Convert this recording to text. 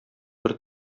бер